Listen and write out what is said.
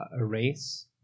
erase